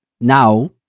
now